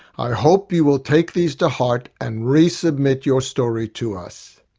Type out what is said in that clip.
i hope you will take these to heart and resubmit your story to us.